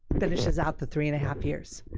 finishes out the three and a half years.